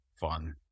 fun